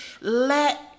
Let